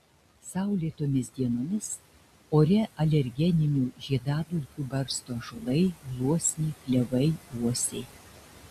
saulėtomis dienomis ore alergeninių žiedadulkių barsto ąžuolai gluosniai klevai uosiai